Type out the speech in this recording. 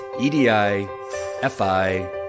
E-D-I-F-I